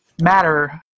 matter